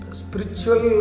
spiritual